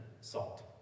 salt